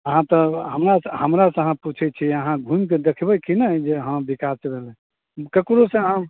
आहाँ तऽ हमरा से हमरा से आहाँ पूछैत छी अहाँ घुमि कऽ देखबै कि नहि जे हँ बिकास भेलै केकरो से आहाँ